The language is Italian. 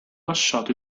lasciato